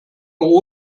auch